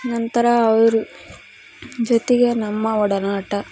ನಂತರ ಅವ್ರ ಜೊತಿಗೆ ನಮ್ಮ ಒಡನಾಟ